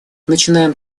начинаем